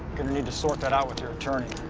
gonna need to sort that out with your attorney.